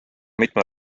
mitme